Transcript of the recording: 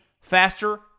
faster